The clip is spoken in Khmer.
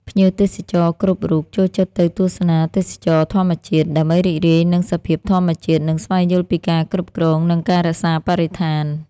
ភ្ញៀវទេសចរគ្រប់រូបចូលចិត្តទៅទស្សនាទេសចរណ៍ធម្មជាតិ ដើម្បីរីករាយនឹងសភាពធម្មជាតិ និងស្វែងយល់ពីការគ្រប់គ្រង និងការរក្សាបរិស្ថាន។